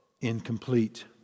incomplete